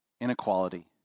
inequality